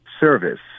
Service